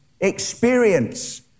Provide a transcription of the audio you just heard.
experience